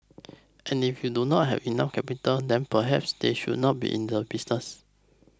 and if they do not have enough capital then perhaps they should not be in the business